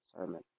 sermon